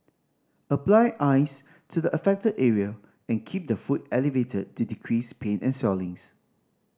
apply ice to the affected area and keep the foot elevated to decrease pain and swellings